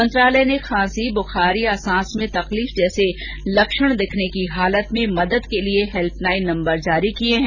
मंत्रालय ने खांसी बुखार या सांस में तकलीफ जैसे लक्षण दिखने की हालत में मदद के लिए हेल्पलाइन नम्बर जारी किये हैं